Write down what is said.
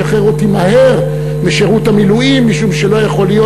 לשחרר אותי מהר משירות המילואים משום שלא יכול להיות